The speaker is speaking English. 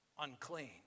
unclean